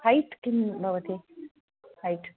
height किं भवति height